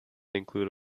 include